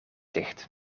dicht